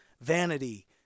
vanity